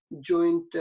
joint